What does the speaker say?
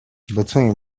between